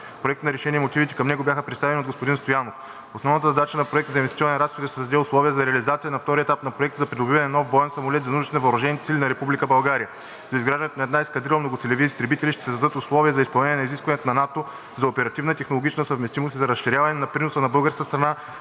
Проектът на решение и мотивите към него бяха представени от господин Стоянов. Основната задача на Проекта за инвестиционен разход е да създаде условия за реализация на втория етап на Плана за придобиване на нов боен самолет за нуждите на въоръжените сили на Република България. За изграждането на една ескадрила многоцелеви изтребители ще се създадат условия за изпълнение на изискванията на НАТО за оперативна и технологична съвместимост и за разширяване на приноса на българската страна